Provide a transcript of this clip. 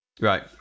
Right